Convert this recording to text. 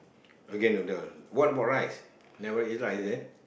okay noodle what about rice never eat rice is it